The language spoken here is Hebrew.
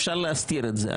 אפשר להסתיר את זה".